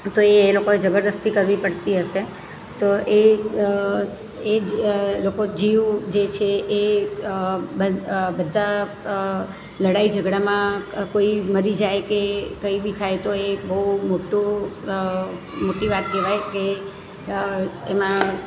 તો એ એ લોકોએ જબરદસ્તી કરવી પડતી હશે તો એ એ જ એ લોકો જીવ જે છે એ બધા લડાઈ ઝગડામાં કોઈ મરી જાય કે કઈ બી થાય તો એ બહુ મોટું મોટી વાત કહેવાય કે એમાં